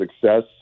success